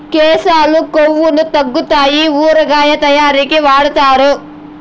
కేశాలు కొవ్వును తగ్గితాయి ఊరగాయ తయారీకి వాడుతారు